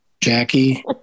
Jackie